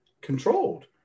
controlled